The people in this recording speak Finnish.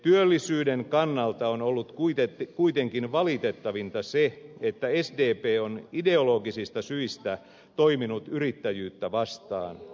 työllisyyden kannalta on ollut kuitenkin valitettavinta se että sdp on ideologisista syistä toiminut yrittäjyyttä vastaan